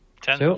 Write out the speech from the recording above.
Ten